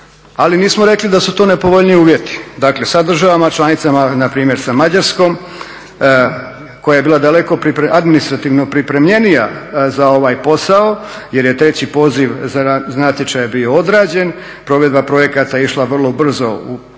ali nismo rekli da su to nepovoljniji uvjeti. Dakle, sa državama članicama na primjer sa Mađarskom koja je bila daleko administrativno pripremljenija za ovaj posao jer je treći poziv za natječaj bio odrađen, provedba projekata je išla vrlo brzo u